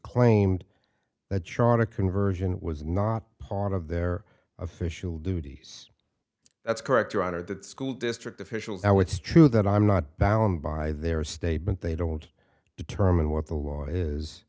claimed that charter conversion was not part of their official duties that's correct your honor that school district officials how it's true that i'm not bound by their statement they don't determine what the law is